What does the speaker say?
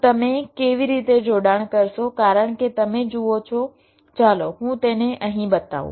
તો તમે કેવી રીતે જોડાણ કરશો કારણ કે તમે જુઓ છો ચાલો હું તેને અહીં બતાવું